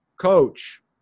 coach